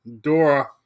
Dora